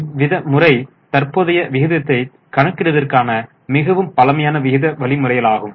இவ்வித முறை தற்போதைய விகிதத்தை கணக்கிடுவதற்கான மிகவும் பழமையான விகித வழிமுறையாகும்